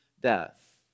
death